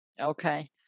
Okay